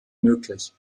möglich